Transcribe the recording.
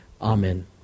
Amen